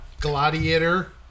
Gladiator